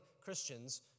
Christians